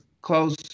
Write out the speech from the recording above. close